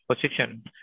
position